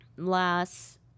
last